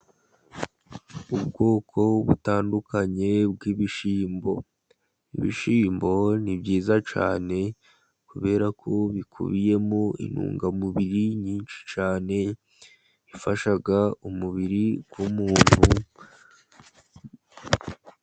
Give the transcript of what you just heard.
Ubwoko butandukanye bw'ibishyimbo, ibishyimbo ni byiza cyane, kubera ko bikubiyemo intungamubiri nyinshi cyane, ifasha umubiri w'umuntu.